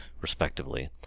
respectively